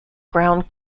ground